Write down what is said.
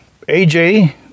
AJ